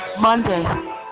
Monday